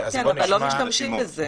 אבל לא משתמשים בזה.